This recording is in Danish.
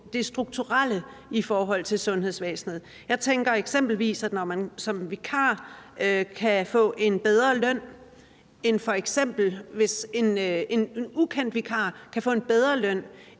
det strukturelle i forhold til sundhedsvæsenet. Jeg tænker eksempelvis, om der, hvis f.eks. en ukendt vikar kan få en bedre løn